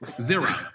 Zero